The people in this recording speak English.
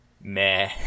meh